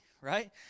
right